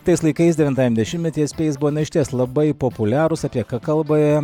tais laikais devintajam dešimtmetyje speis na buvo išties labai populiarūs apie ką kalba